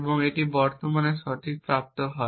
এবং একটি বর্তমান সঠিক প্রাপ্ত হয়